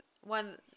one